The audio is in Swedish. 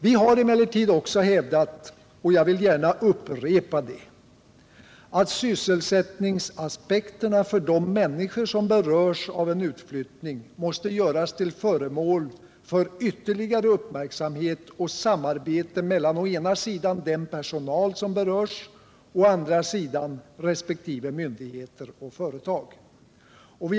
Vi har emellertid också hävdat, och jag vill gärna upprepa detta, att sysselsättningsaspekterna beträffande de människor som berörs av en utflyttning måste bli föremål för ytterligare uppmärksamhet samt att ett samarbete måste komma till stånd mellan å ena sidan den personal det gäller och å andra sidan resp. myndigheter och företag.